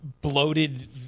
bloated